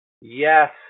Yes